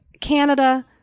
Canada